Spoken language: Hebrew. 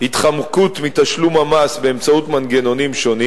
התחמקות מתשלום המס באמצעות מנגנונים שונים